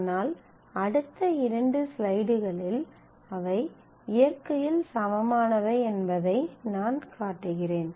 ஆனால் அடுத்த இரண்டு ஸ்லைடுகளில் அவை இயற்கையில் சமமானவை என்பதை நான் காட்டுகிறேன்